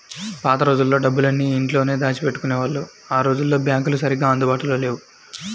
పాత రోజుల్లో డబ్బులన్నీ ఇంట్లోనే దాచిపెట్టుకునేవాళ్ళు ఆ రోజుల్లో బ్యాంకులు సరిగ్గా అందుబాటులో లేవు